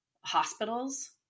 hospitals